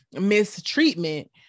mistreatment